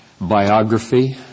biography